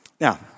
Now